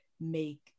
make